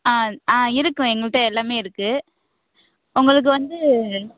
ஆ ஆ இருக்கும் எங்கள்கிட்ட எல்லாமே இருக்கு உங்களுக்கு வந்து